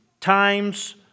times